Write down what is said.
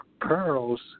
pearls